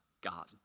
God